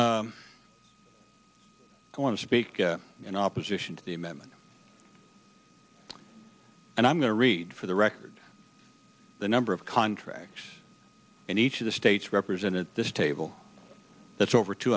want to speak in opposition to the amendment and i'm going to read for the record the number of contracts in each of the states represented at this table that's over two